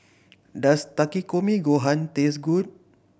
does Takikomi Gohan taste good